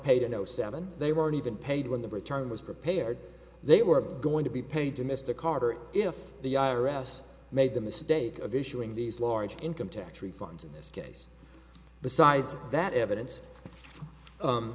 zero seven they weren't even paid when the return was prepared they were going to be paid to mr carter if the i r s made the mistake of issuing these large income tax refunds in this case besides that evidence